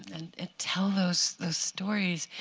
and ah tell those stories?